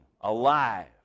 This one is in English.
alive